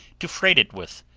to freight it with,